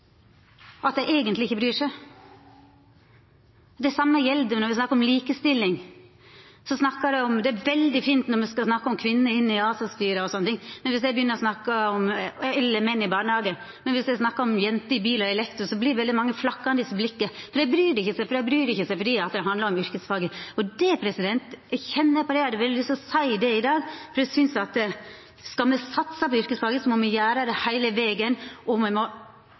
at dei eigentleg ikkje bryr seg. Det same gjeld når me snakkar om likestilling. Det er veldig fint når me snakkar om kvinner inn i ASA-styre eller menn i barnehage og sånne ting, men dersom me snakkar om jenter i bil og elektro, vert mange flakkande i blikket, for dei bryr seg ikkje når det handlar om yrkesfag. Eg kjenner på at eg hadde veldig lyst til å seia det i dag, for eg synest at skal me satsa på yrkesfag, må me gjera det heile vegen, og me må